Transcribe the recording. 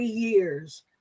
years